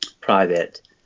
private